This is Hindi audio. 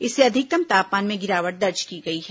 इससे अधिकतम तापमान में गिरावट दर्ज की गई है